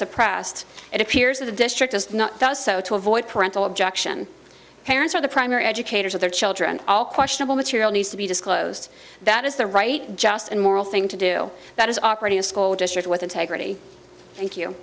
suppressed it appears the district is not does so to avoid parental objection parents are the primary educators of their children all questionable material needs to be disclosed that is the right just and moral thing to do that is operating a school district with integrity thank you